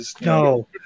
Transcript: No